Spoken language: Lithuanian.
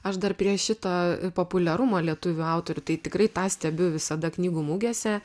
aš dar prie šito populiarumo lietuvių autorių tai tikrai tą stebiu visada knygų mugėse